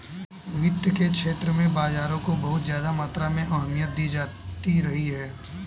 वित्त के क्षेत्र में बाजारों को बहुत ज्यादा मात्रा में अहमियत दी जाती रही है